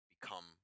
become